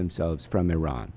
themselves from iran